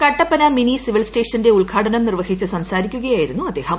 Kattappana mini civil സ്റ്റേഷന്റെ ഉദ്ഘാടനം നിർവ്വഹിച്ച് സംസാരിക്കുകയായിരുന്നു അദ്ദേഹം